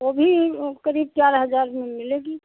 वह भी क़रीब चार हज़ार में मिलेगी